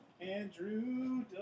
Andrew